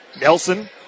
Nelson